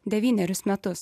devynerius metus